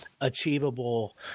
achievable